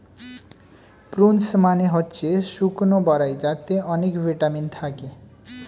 prunes মানে হচ্ছে শুকনো বরাই যাতে অনেক ভিটামিন থাকে